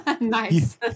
Nice